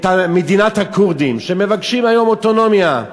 את מדינת הכורדים, שמבקשים היום אוטונומיה.